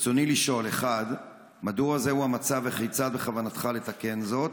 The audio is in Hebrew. רצוני לשאול: 1. מדוע זה המצב וכיצד בכוונתך לתקן זאת?